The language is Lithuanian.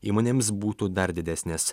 įmonėms būtų dar didesnės